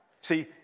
see